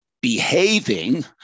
behaving